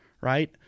right